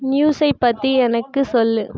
நியூஸை பற்றி எனக்கு சொல்